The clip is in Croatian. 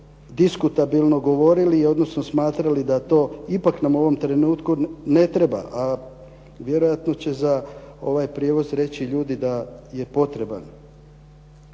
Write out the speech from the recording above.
diskutabilno govorili, odnosno smatrali da to ipak nam u ovom trenutku ne treba, a vjerojatno će za ovaj prijevoz reći ljudi da je potreban.